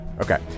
Okay